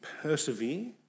persevere